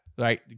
right